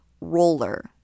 roller